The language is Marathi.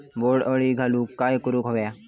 बोंड अळी घालवूक काय करू व्हया?